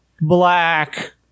black